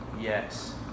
Yes